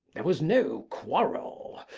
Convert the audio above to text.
there was no quarrel